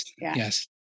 Yes